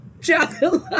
chocolate